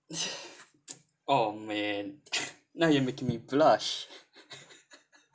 oh man now you're making me blush